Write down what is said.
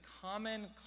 common